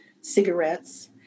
cigarettes